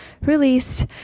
release